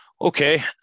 Okay